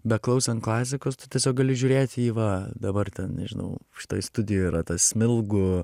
beklausant klasikos tu tiesiog gali žiūrėt į va dabar ten nežinau šitoj studijoj yra ta smilgų